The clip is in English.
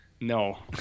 no